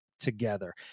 together